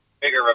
bigger